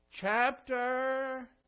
chapter